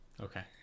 okay